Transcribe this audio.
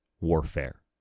warfare